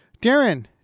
Darren